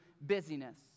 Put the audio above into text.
busyness